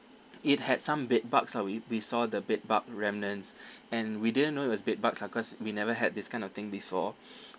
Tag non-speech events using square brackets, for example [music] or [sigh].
it had some bedbugs lah we we saw the bedbug remnants [breath] and we didn't know it was bedbugs lah cause we never had this kind of thing before [breath]